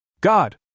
God